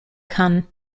kann